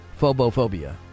Phobophobia